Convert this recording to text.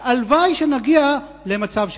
והלוואי שנגיע למצב שכזה.